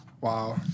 Wow